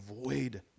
avoid